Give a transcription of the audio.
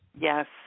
Yes